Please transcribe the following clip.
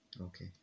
okay